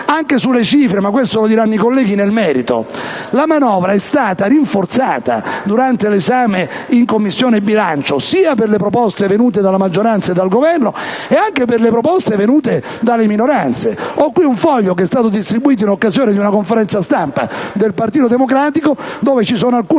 Anche sulle cifre - questo lo diranno i colleghi nel merito - la manovra è stata rinforzata durante l'esame in Commissione bilancio sia per le proposte venute dalla maggioranza e dal Governo che per le proposte venute dalle minoranze. Ho qui un foglio distribuito in occasione di una conferenza stampa del Partito Democratico dove ci sono alcune